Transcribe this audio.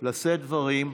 לשאת דברים,